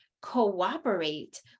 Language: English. cooperate